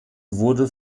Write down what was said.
wurde